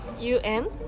UN